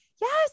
yes